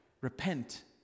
Repent